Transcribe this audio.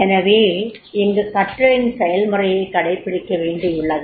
எனவே இங்கு கற்றலின் செயல்முறையை கடைப்பிடிக்க வேண்டியுள்ளது